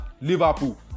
Liverpool